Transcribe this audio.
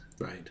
Right